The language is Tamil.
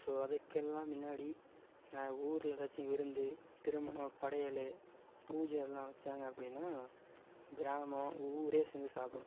ஸோ அதுக்கெல்லாம் முன்னாடி ஊரில் ஏதாச்சு விருந்து திருமணம் படையல் பூஜை எல்லாம் வைச்சாங்க அப்படின்னா கிராமம் ஊரே சேர்ந்து சாப்பிடும்